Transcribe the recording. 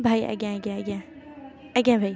ଭାଇ ଆଜ୍ଞା ଆଜ୍ଞା ଆଜ୍ଞା ଆଜ୍ଞା ଭାଇ